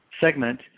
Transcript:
segment